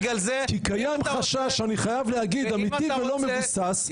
כי קיים חשש אני חייב להגיד אמיתי ולא מבוסס,